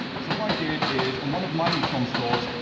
so what i did is on one of my ecom stores,